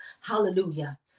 Hallelujah